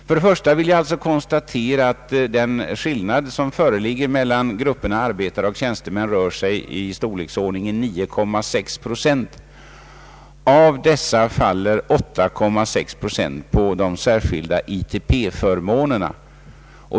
Först vill jag konstatera att den skillnad som föreligger mellan arbetare och tjänstemän är i storleksordningen 9,6 procent. Av dessa faller 8,6 procent på de särskilda ITP-förmånerna.